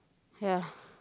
yeah